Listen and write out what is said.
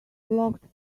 blocked